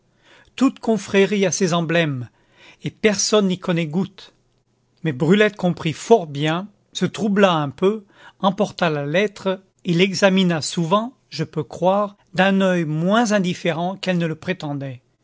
toute confrérie a ses emblèmes et personne n'y connaît goutte mais brulette comprit fort bien se troubla un peu emporta la lettre et l'examina souvent je peux croire d'un oeil moins indifférent qu'elle ne le prétendait